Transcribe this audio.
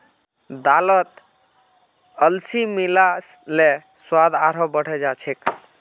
दालत अलसी मिला ल स्वाद आरोह बढ़ जा छेक